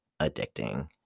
addicting